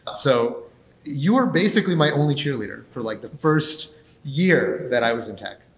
ah so you're basically my only cheerleader for like the first year that i was in tech.